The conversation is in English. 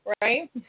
Right